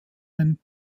ein